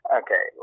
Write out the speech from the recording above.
okay